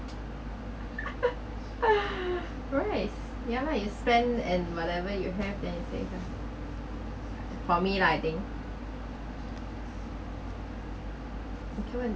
right ya you spend and whatever you have then you safe lah for me lah I think